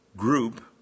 group